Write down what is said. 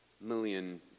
million